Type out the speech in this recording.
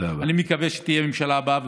אני מקווה שתהיה הממשלה הבאה,